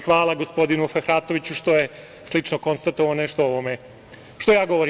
Hvala gospodinu Fehratoviću što je slično konstatovao nešto o ovome što ja govorim.